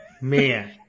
Man